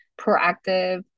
proactive